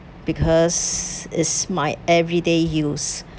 because it's my everyday use